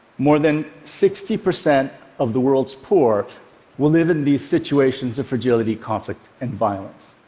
more than sixty percent of the world's poor will live in these situations of fragility, conflict and violence.